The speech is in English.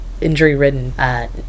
injury-ridden